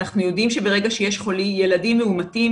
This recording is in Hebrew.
אנחנו יודעים שברגע שיש ילדים מאומתים